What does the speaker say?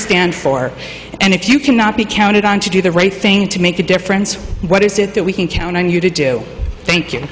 stand for and if you cannot be counted on to do the right thing to make a difference what is it that we can count on you to do thank you